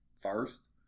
first